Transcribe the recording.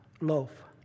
loaf